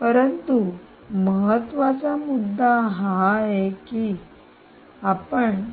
परंतु महत्त्वाचा मुद्दा हा आहे की आपण